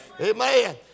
Amen